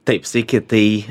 taip sveiki tai